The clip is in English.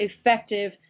effective